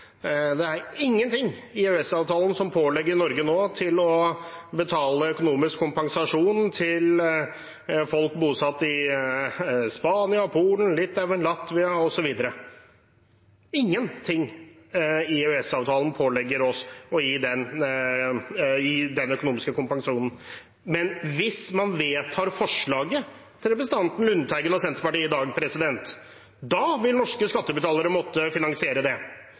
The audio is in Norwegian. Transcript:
Det er ingenting i EØS-avtalen som pålegger Norge nå å betale økonomisk kompensasjon til folk bosatt i Spania, Polen, Litauen, Latvia osv. Ingenting i EØS-avtalen pålegger oss å gi den økonomiske kompensasjonen, men hvis man vedtar forslaget fra representanten Lundteigen og Senterpartiet i dag, da vil norske skattebetalere måtte finansiere det.